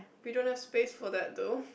we don't have space for that though